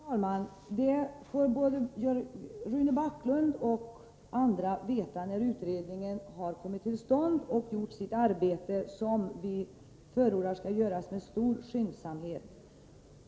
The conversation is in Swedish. Herr talman! Detta bör både Rune Backlund och andra veta när utredningen har kommit till stånd och gjort sitt arbete, vilket vi förordar skall ske med stor skyndsamhet.